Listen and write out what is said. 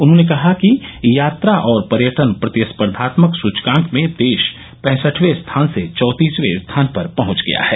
उन्होंने कहा कि यात्रा और पर्यटन प्रतिस्पर्धात्मक सूचकांक में देश पैंसठवें स्थान से चाँतीस वे स्थान पर पहंच गया है